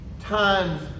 times